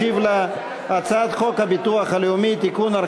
ישיב על הצעת חוק הביטוח הלאומי (תיקון,